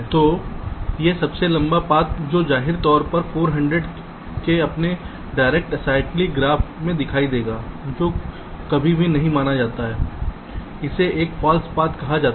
तो यह सबसे लंबा पाथ जो जाहिर तौर पर 400 के अपने डायरेक्ट एसाइक्लिक ग्राफ में दिखाई देगा जो कभी भी नहीं माना जाता है इसे एक फॉल्स पाथ कहा जाता है